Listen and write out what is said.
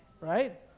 Right